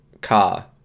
car